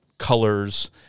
colors